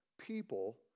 people